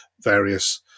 various